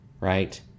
right